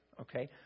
okay